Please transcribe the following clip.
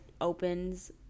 opens